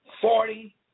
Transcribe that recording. forty